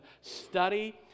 study